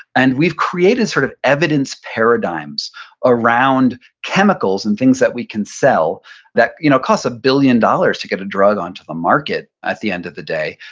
and we've created sort of evidence paradigms around chemicals and things that we can sell that, you know, it costs a billion dollars to get a drug onto the market at the end of the day.